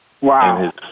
Wow